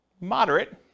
Moderate